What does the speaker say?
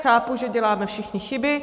Chápu, že děláme všichni chyby.